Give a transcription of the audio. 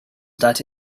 that